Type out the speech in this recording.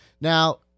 Now